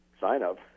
sign-up